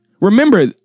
Remember